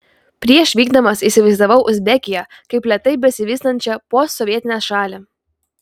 prieš vykdamas įsivaizdavau uzbekiją kaip lėtai besivystančią postsovietinę šalį